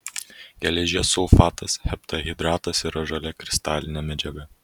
geležies sulfatas heptahidratas yra žalia kristalinė medžiaga